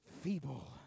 feeble